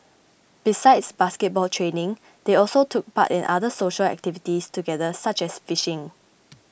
besides basketball training they also took part in other social activities together such as fishing